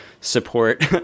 support